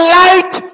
light